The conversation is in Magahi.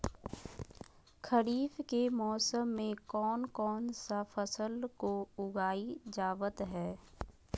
खरीफ के मौसम में कौन कौन सा फसल को उगाई जावत हैं?